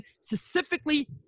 specifically